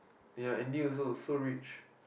ya Andy also so rich